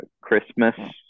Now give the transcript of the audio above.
Christmas